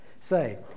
say